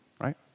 right